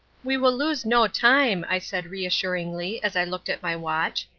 we will lose no time i said reassuringly, as i looked at my watch.